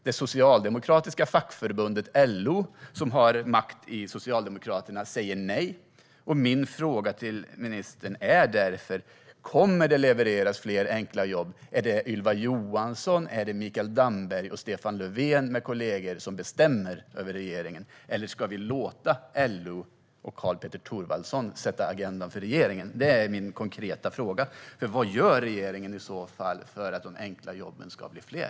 Det socialdemokratiska fackförbundet LO, som har makt i Socialdemokraterna, säger nej. Min fråga till ministern är därför: Kommer det att levereras fler enkla jobb? Är det Ylva Johansson, Mikael Damberg och Stefan Löfven med kollegor som bestämmer över regeringen, eller ska vi låta LO och KarlPetter Thorwaldsson sätta agendan för regeringen? Det är min konkreta fråga, för vad gör regeringen för att de enkla jobben ska bli fler?